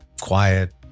quiet